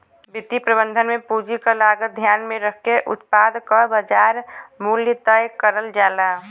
वित्तीय प्रबंधन में पूंजी क लागत ध्यान में रखके उत्पाद क बाजार मूल्य तय करल जाला